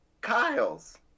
Kyle's